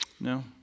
No